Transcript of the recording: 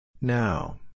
Now